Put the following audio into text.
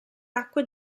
acque